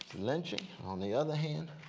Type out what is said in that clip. lynching, on the other hand